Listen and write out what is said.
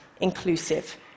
inclusive